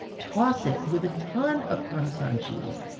toss it with a ton of parmesan cheese,